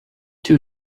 two